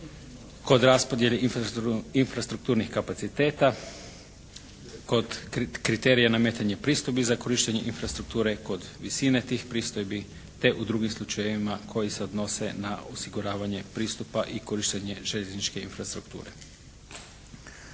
kod raspodjele infrastrukturnih kapaciteta, kod kriterija nametanja, pristup i za korištenje infrastrukture kod visine tih pristojbi te u drugim slučajevima koji se odnose na osiguravanje pristupa i korištenje željezničke infrastrukture.